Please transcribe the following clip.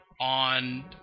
on